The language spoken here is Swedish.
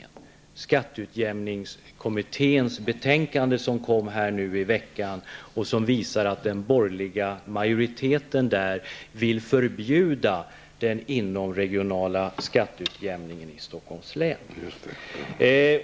Här i veckan kom skatteutjämningskommitténs betänkande som visar att den borgerliga majoriteten vill förbjuda den inomregionala skatteutjämningen i Stockholms län.